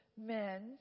men